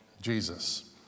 Jesus